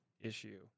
issue